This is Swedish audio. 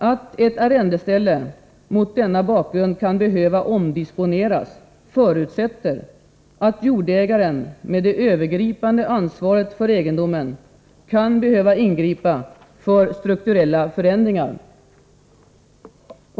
Att ett arrendeställe mot denna bakgrund kan behöva omdisponeras medför att jordägaren med det övergripande ansvaret för egendomen kan behöva ingripa för strukturella förändringar.